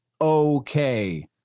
Okay